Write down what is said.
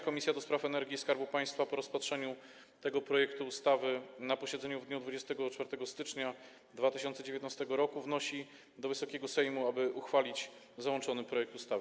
Komisja do Spraw Energii i Skarbu Państwa po rozpatrzeniu tego projektu ustawy na posiedzeniu w dniu 24 stycznia 2019 r. wnosi do Wysokiego Sejmu, aby uchwalić raczył załączony projekt ustawy.